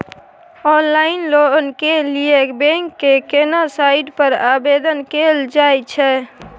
Online loan के लिए bank के केना साइट पर आवेदन कैल जाए छै?